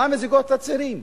מה עם הזוגות הצעירים?